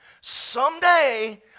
Someday